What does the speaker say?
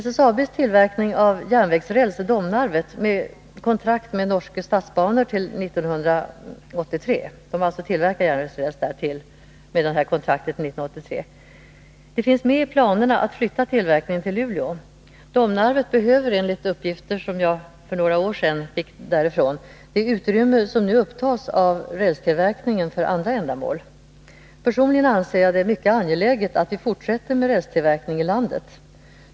SSAB tillverkar järnvägsräls i Domnarvet med kontrakt från Norske Statsbaner till 1983. Det finns med i planerna att flytta tillverkningen till Luleå. Domnarvet behöver enligt uppgifter som jag för några år sedan fick därifrån det utrymme som nu upptas av rälstillverkningen för andra ändamål. Personligen anser jag det mycket angeläget att vi fortsätter med rälstillverkning i landet.